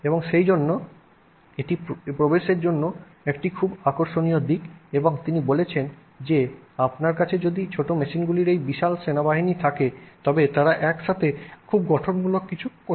এবং সেইজন্য এটি প্রবেশের জন্য একটি খুব আকর্ষণীয় দিক এবং তিনি বলেছেন যে আপনার কাছে যদি ছোট মেশিনগুলির এই বিশাল সেনাবাহিনী থাকে তবে তারা একসাথে খুব গঠনমূলক কিছু করতে পারবে